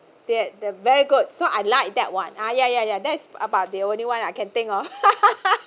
that the very good so I like that one ah ya ya ya that's about the only one I can think of